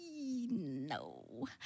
no